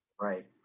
Right